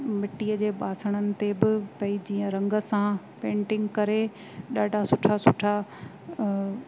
मिटीअ जे बासणनि ते बि भई जीअं रंग सां पेंटिंग करे ॾाढा सुठा सुठा